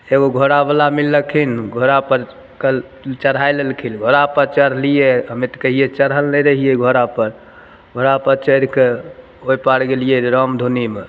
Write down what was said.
एगो घोड़ावला मिललखिन घोड़ापरके चढ़ै लेलखिन घोड़ापर चढ़लिए हमे कहिओ चढ़ल नहि रहिए घोड़ापर घोड़ापर चढ़िके ओहि पार गेलिए रहै रामधुनीमे